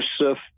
Joseph